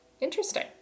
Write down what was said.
Interesting